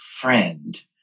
friend